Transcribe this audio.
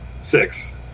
Six